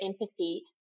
empathy